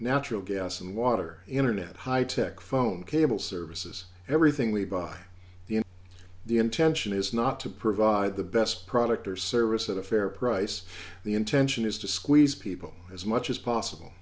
natural gas and water internet high tech phone cable services everything we buy the the intention is not to provide the best product or service at a fair price the intention is to squeeze people as much as possible